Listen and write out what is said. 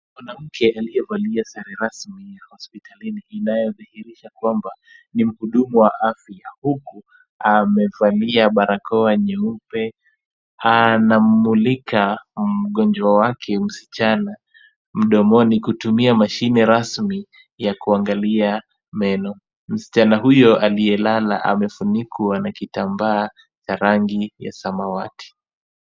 Mwanamke aliyevalia sare rasmi ya hospitalini inayodhihirisha kwamba ni mhudumu wa afya, huku amevalia barakoa nyeupe, anamulika mgonjwa wake msichana mdomoni kutumia mashine rasmi ya kuangalia meno. Msichana huyo aliyelala amefunikwa na kitambaa cha rangi ya samawati.